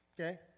okay